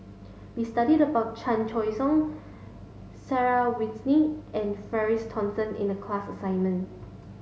we studied about Chan Choy Siong Sarah Winstedt and Francis Thomas in the class assignment